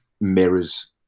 mirrors